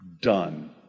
done